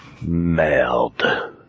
Mailed